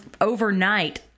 overnight